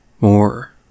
More